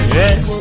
yes